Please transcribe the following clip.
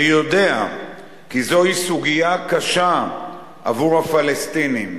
אני יודע כי זוהי סוגיה קשה עבור הפלסטינים.